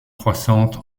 croissante